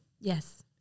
Yes